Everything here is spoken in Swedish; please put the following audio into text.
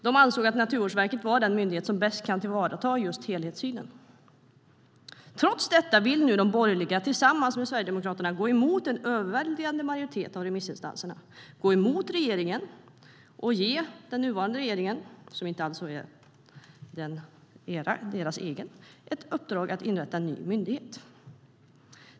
De ansåg att Naturvårdsverket var den myndighet som bäst kan tillvarata just helhetssynen. Trots detta vill nu de borgerliga tillsammans med Sverigedemokraterna gå emot en överväldigande majoritet av remissinstanserna, gå emot den nuvarande regeringen och ge regeringen - som alltså inte alls är deras egen regering - i uppdrag att inrätta en ny myndighet.